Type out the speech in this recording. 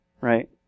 right